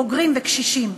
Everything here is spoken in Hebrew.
בוגרים וקשישים.